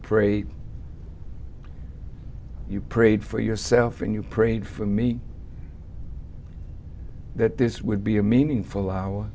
pray you prayed for yourself and you prayed for me that this would be a meaningful hour